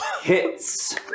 Hits